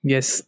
Yes